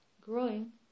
growing